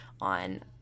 on